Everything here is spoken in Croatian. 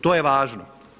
To je važno.